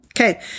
Okay